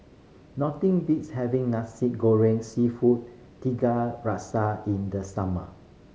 nothing beats having Nasi Goreng Seafood Tiga Rasa in the summer